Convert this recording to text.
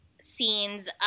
scenes